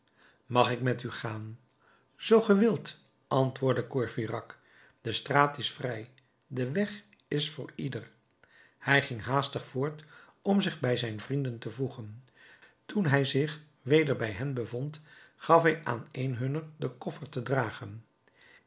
mag ik met u gaan zoo ge wilt antwoordde courfeyrac de straat is vrij de weg is voor ieder hij ging haastig voort om zich bij zijn vrienden te voegen toen hij zich weder bij hen bevond gaf hij aan een hunner den koffer te dragen